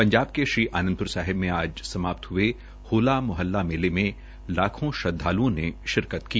पंजाब के आनंदप्र साहिब में आज समाप्त ह्ये होला मोहल्ला मेले में लाखों श्रद्वालुओं ने शिरकत की